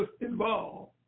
involved